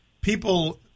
people